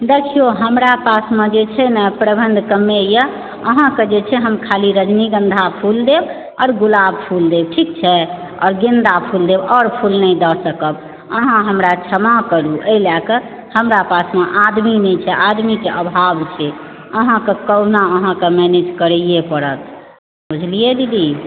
देखिऔ हमरा पासमे जे छै ने प्रबंध कमे यऽ अहाँकेॅं जे हम छै खाली रजनीगंधा फूल देब आओर गुलाब फूल देब ठीक छै आओर गेंदा फूल देब आओर फूल नहि दऽ सकब अहाँ हमरा क्षमा करु एहि लए कऽ हमरा पासमे आदमी नहि छै आदमीके आभाव छै अहाँकेॅं कहूना अहाँकेॅं मैनेज करैये पड़त बुझलियै दीदी